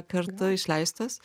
kartu išleistas